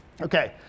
Okay